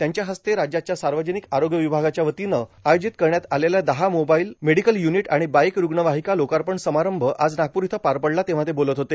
त्यांच्या हस्ते राज्याच्या सार्वजनिक आरोग्य विभागाच्या वतीनं आयोजित करण्यात आलेल्या दहा मोबाईल मेडिकल युनिट आणि बाईक रूग्णवाहिका लोकार्पण समारंभ आज नागपूर इथ पार पडला तेव्हा ते बोलत होते